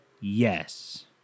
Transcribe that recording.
yes